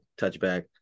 touchback